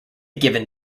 given